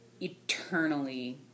eternally